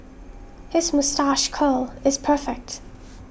his moustache curl is perfect